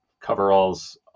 coveralls